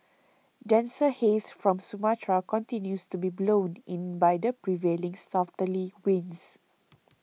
denser haze from Sumatra continues to be blown in by the prevailing southerly winds